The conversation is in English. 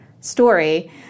story